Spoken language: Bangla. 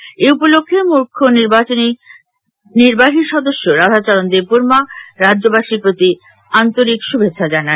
এদিকে এ উপলক্ষ্যে মুখ্য নির্বাহী সদস্য রাধাচরণ দেববর্মা রাজ্যবাসীর প্রতি আন্তরিক শুভেচ্ছা জানান